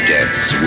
Death's